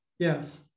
Yes